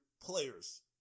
players